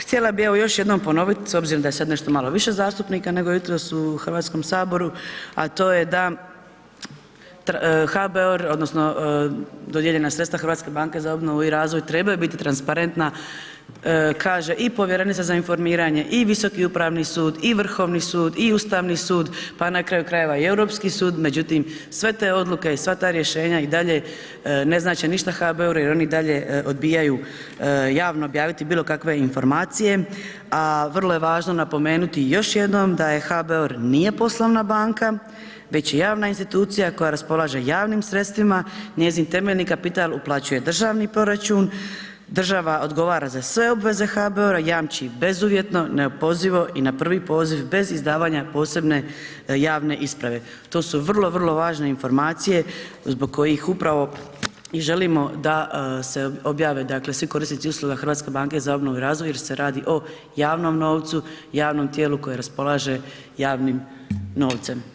Htjela bi evo još jednom ponoviti s obzirom da je sad nešto malo više zastupnika nego jutros u Hrvatskom saboru a to je da HBOR odnosno dodijeljena sredstva HBOR-a trebaju biti transparentna, kaže i povjerenica za informiranje i Visoki upravni sud i Vrhovni sud i Ustavni sud pa na kraju krajeva i Europski sud, međutim sve te odluke i sva ta rješenja i dalje ne znače ništa HBOR-u jer oni i dalje odbijaju javno objaviti bilokakve informacije a vrlo je važno napomenuti još jednom da HBOR nije poslovna banka, već je javna institucija koja raspolaže javnim sredstvima, njezin temeljeni kapital uplaćuje državni proračun, država odgovara za sve obveze HBOR-a, jamči bezuvjetno, neopozivo i na prvi poziv bez izdavanja posebne javne isprave, to su vrlo, vrlo važne informacije zbog kojih upravo i želimo da se objave dakle svi korisnici usluga HBOR-a jer se radi o javnom novcu, javnom tijelu koje raspolaže javnim novcem.